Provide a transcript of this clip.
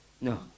No